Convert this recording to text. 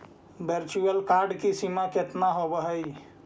virtual card की सीमा केतना होवअ हई